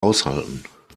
aushalten